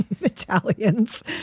Italians